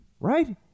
Right